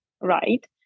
right